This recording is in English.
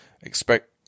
expect